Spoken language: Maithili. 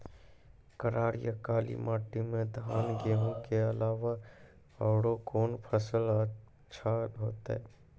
करार या काली माटी म धान, गेहूँ के अलावा औरो कोन फसल अचछा होतै?